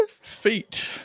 Feet